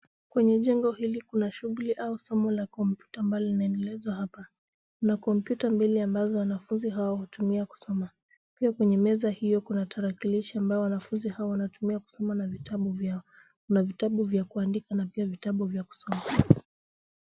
Kwenye jengo hili kuna shughuli au somo la kompyuta ambalo linaendelezwa hapa. Kuna kompyuta mbili ambazo wanafunzi hawa hutumia kusoma. Pia kwenye meza hiyo kuna tarakilishi ambayo wanafunzi hao wanatumia kusoma na vitabu vyao. Kuna vitabu vya kuandika na pia vitabu vya kusoma.